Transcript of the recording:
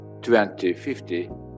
2050